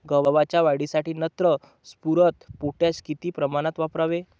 गव्हाच्या वाढीसाठी नत्र, स्फुरद, पोटॅश किती प्रमाणात वापरावे?